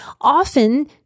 often